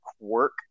quirk